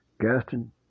Gaston